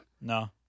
No